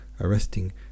arresting